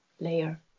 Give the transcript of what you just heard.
layer